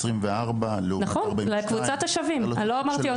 24 לעומת 42. נכון, לקבוצת השווים.